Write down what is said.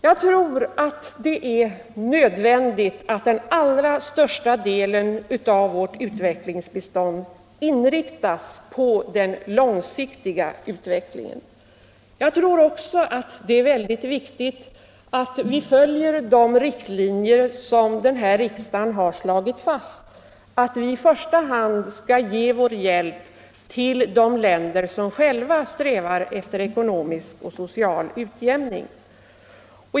Jag tror att det är nödvändigt att den allra största delen av vårt utvecklingsbistånd inriktas på den långsiktiga utvecklingen, Jag tror också att det är väldigt viktigt att vi följer de riktlinjer som riksdagen har slagit fast, nämligen att vi i första hand skall ge vår hjälp till de länder som själva strävar efter ekonomisk och social utjämning.